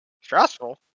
Stressful